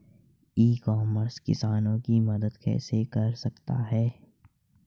ई commerce किसानों की मदद कैसे कर सकता है?